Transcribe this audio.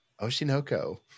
Oshinoko